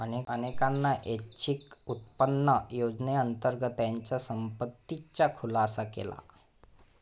अनेकांनी ऐच्छिक उत्पन्न योजनेअंतर्गत त्यांच्या संपत्तीचा खुलासा केला